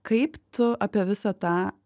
kaip tu apie visą tą